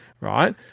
right